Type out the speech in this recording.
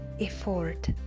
effort